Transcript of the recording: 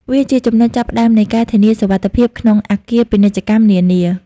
វាជាចំណុចចាប់ផ្តើមនៃការធានាសុវត្ថិភាពក្នុងអគារពាណិជ្ជកម្មនានា។